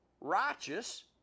righteous